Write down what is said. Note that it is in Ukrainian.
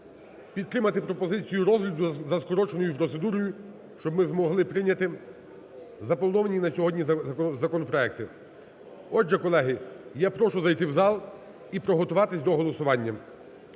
підтримати пропозицію розгляду за скороченою процедурою, щоб ми змогли прийняти заплановані на сьогодні законопроекти. Отже, колеги, я прошу зайти в зал і приготуватись до голосування.